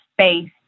space